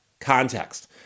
context